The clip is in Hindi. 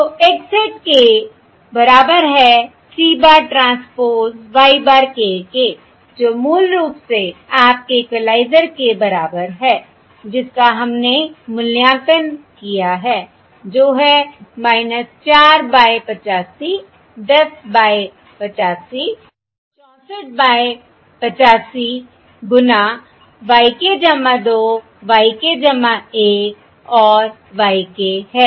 तो x hat k बराबर है C bar transpose y bar k के जो मूल रूप से आपके इक्वलाइज़र के बराबर है जिसका हमने मूल्यांकन किया है जो है 4 बाय 85 10 बाय 85 64 बाय 85 गुना y k2 y k1 और y k है